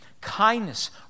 kindness